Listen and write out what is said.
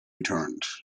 returned